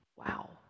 wow